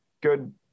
Good